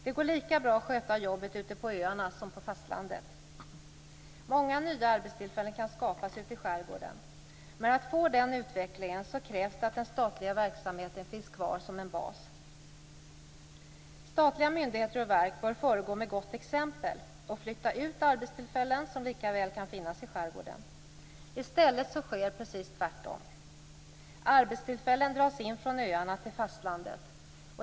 Det går lika bra att sköta jobbet ute på öarna som på fastlandet. Många nya arbetstillfällen kan skapas ute i skärgården, men för att få den utvecklingen krävs att den statliga verksamheten finns kvar som bas. Statliga myndigheter och verk bör föregå med gott exempel och flytta ut arbetstillfällen som lika väl kan finnas i skärgården. I stället sker precis tvärtom. Arbetstillfällen dras in från öarna till fastlandet.